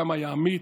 כמה היה אמיץ,